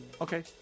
Okay